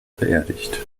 beerdigt